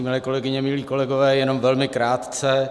Milé kolegyně, milí kolegové, jenom velmi krátce.